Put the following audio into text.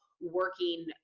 working